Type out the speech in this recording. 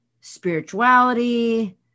spirituality